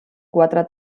quatre